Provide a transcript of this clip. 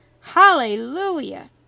Hallelujah